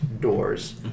doors